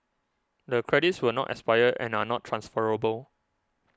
the credits will not expire and are not transferable